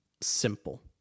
simple